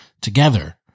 together